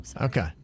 Okay